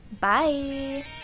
Bye